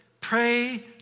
Pray